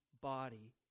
body